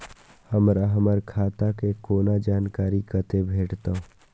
हमरा हमर खाता के कोनो जानकारी कतै भेटतै?